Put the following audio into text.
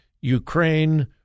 Ukraine